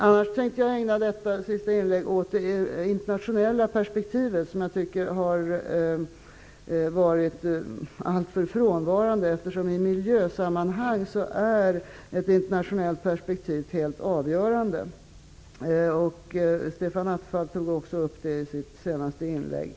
Mitt sista inlägg i denna interpellationsdebatt tänker jag i övrigt ägna åt det internationella perspektivet, som jag tycker har varit alltför frånvarande. I miljösammanhang är det helt avgörande med ett internationellt perspektiv. Stefan Attefall tog också upp det i sitt senaste inlägg.